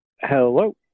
Hello